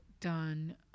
done